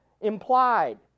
implied